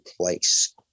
place